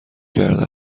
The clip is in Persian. کرده